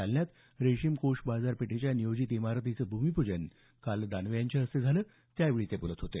जालन्यात रेशीम कोष बाजारपेठेच्या नियोजित इमारतीचं भूमीपूजन काल दानवे यांच्या हस्ते झालं त्यावेळी ते बोलत होते